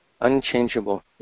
unchangeable